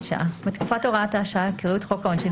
שעה בתקופת הוראת השעה יקראו את חוק העונשין,